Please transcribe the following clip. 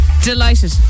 delighted